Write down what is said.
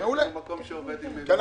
יש לנו מקום שעובד עם --- מעולה.